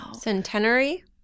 Centenary